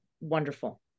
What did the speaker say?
wonderful